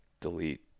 delete